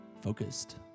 focused